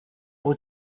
what